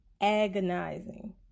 agonizing